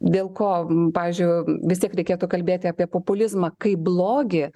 dėl ko pavyzdžiui vis tiek reikėtų kalbėti apie populizmą kaip blogį